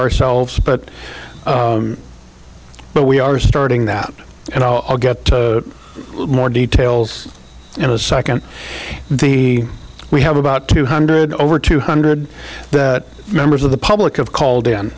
ourselves but but we are starting that and i'll get more details in a second the we have about two hundred over two hundred that members of the public of called in